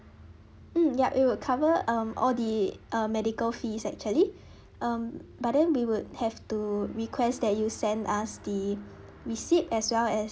mm ya it would cover um all the um medical fees actually um but then we would have to request that you send us the receipt as well as